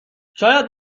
شاید